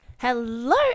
Hello